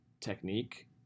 technique